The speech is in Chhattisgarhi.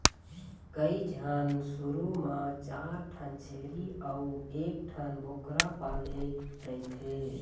कइझन शुरू म चार ठन छेरी अउ एकठन बोकरा पाले रहिथे